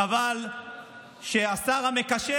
חבל שהשר המקשר,